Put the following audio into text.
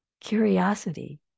curiosity